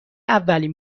اولین